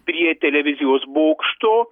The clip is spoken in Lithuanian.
prie televizijos bokšto